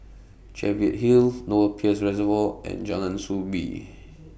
Cheviot Hill Lower Peirce Reservoir and Jalan Soo Bee